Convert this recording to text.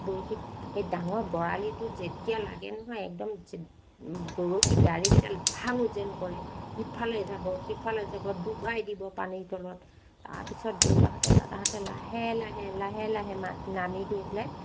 বৰশীত সেই ডাঙৰ বৰালিটো যেতিয়া লাগে নহয় একদম যি বৰশী ডাৰিকিডাল ভাঙো যেন কৰে ইফালে যাব সিফালে যাব ডুবাই দিব পানীৰ তলত তাৰপিছত দেউতাহঁতে দাদাহঁতে লাহে লাহে লাহে লাহে মাত নামি গৈ পেলাই